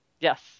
Yes